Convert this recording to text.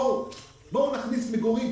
בואו נכניס מגורים,